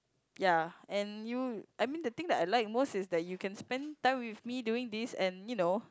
ya and you I mean the thing that I like most is that you can spend time with me doing this and you know